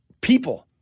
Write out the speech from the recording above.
people